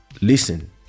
Listen